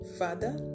father